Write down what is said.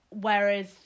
Whereas